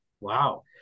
wow